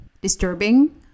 disturbing